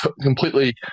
completely